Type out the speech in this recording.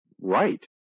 right